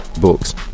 Books